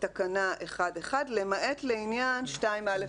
את תקנה 1(1), למעט לעניין (2א3).